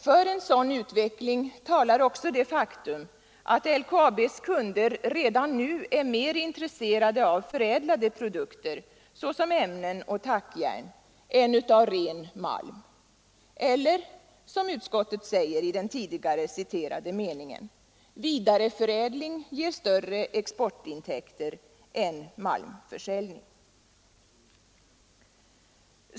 För en sådan utveckling talar också det faktum att LKAB:s kunder redan nu är mer intresserade av förädlade produkter, såsom ämnen och tackjärn, än av ren malm — eller, som utskottet säger i den tidigare citerade meningen: Vidareförädling ger större exportintäkter än malmförsäljning.